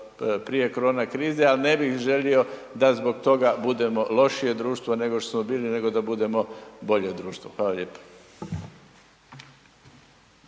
prije korona krize, ali ne bih želio da zbog toga budemo lošije društvo nego što smo bili nego da budemo bolje društvo. Hvala lijepo.